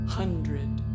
hundred